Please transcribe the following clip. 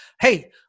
hey